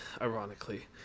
ironically